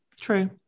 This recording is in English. true